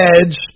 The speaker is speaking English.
Edge